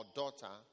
daughter